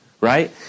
right